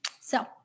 So-